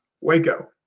Waco